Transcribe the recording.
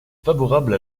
favorable